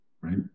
right